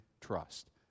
trust